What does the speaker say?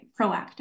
proactive